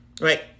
right